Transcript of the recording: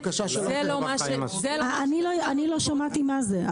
זה לא מה ש --- אני לא שמעתי מה זה,